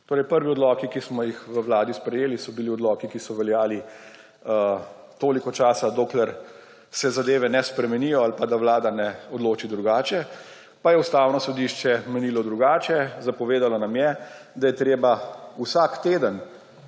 Torej prvi odliki, ki smo jih v Vladi sprejeli, so bili odloki, ki so veljali toliko časa, dokler se zadeve ne spremenijo ali pa, da Vlada ne odloči drugače, pa je Ustavno sodišče menilo drugače, zapovedalo nam je, da je treba vsak teden